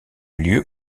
lieu